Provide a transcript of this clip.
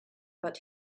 but